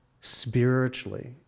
spiritually